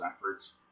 efforts